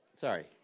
Sorry